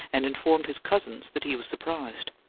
and informed his cousins that he was surprised.